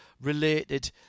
related